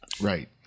Right